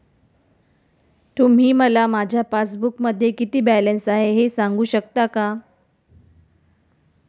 तुम्ही मला माझ्या पासबूकमध्ये किती बॅलन्स आहे हे सांगू शकता का?